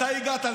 מתי הגעת לפה?